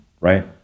right